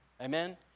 Amen